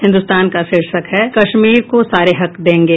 हिन्दुस्तान का शीर्षक है कश्मीर को सारे हक देंगे